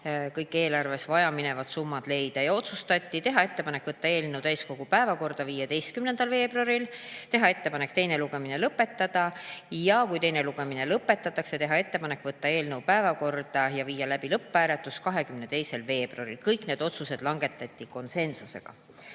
kõik vajaminevad summad eelarvesse leida. Otsustati teha ettepanek võtta eelnõu täiskogu päevakorda 15. veebruaril, teha ettepanek teine lugemine lõpetada ja kui teine lugemine lõpetatakse, siis on ettepanek võtta eelnõu päevakorda ja viia läbi lõpphääletus 22. veebruaril. Kõik need otsused langetati konsensusega.